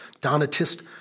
Donatist